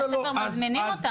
אבל בתי הספר מזמינים אותם.